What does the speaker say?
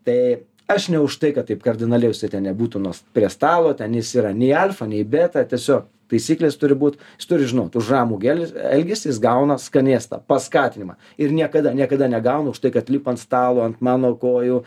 tai aš ne už tai kad taip kardinaliai jisai jau ten nebūtų nuo prie stalo ten jis yra nei alfa nei beta tiesiog taisyklės turi būt jis turi žinot už ramų gel elgesį jis gauna skanėstą paskatinimą ir niekada niekada negauna už tai kad lipa ant stalo ant mano kojų